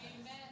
Amen